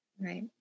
Right